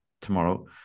tomorrow